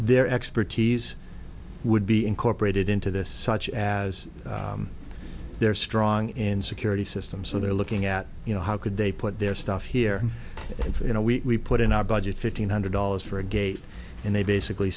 their expertise would be incorporated into this such as they're strong in security systems so they're looking at you know how could they put their stuff here if you know we put in our budget fifteen hundred dollars for a gate and they basically